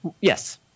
yes